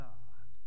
God